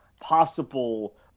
possible